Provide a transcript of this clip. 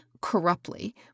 corruptly